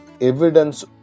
evidence